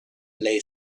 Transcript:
lay